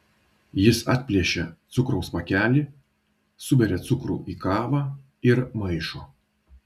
jis atplėšia cukraus pakelį suberia cukrų į kavą ir maišo